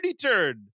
turn